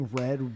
red